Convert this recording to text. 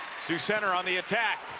sioux center on the attack,